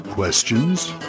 Questions